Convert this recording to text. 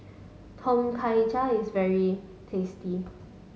Tom Kha Gai is very tasty